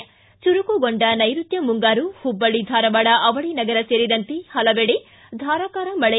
ಿ ಚುರುಕುಗೊಂಡ ನೈರುತ್ಯ ಮುಂಗಾರು ಹುಬ್ಬಳ್ಳಿ ಧಾರವಾಡ ಅವಳಿ ನಗರ ಸೇರಿದಂತೆ ಹಲವೆಡೆ ಧಾರಾಕಾರ ಮಳೆ